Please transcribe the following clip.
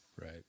right